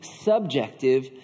subjective